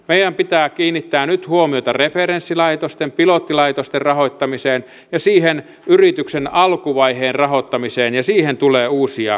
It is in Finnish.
meidän pitää kiinnittää nyt huomiota referenssilaitosten pilottilaitosten rahoittamiseen ja siihen yrityksen alkuvaiheen rahoittamiseen ja siihen tulee uusia lääkkeitä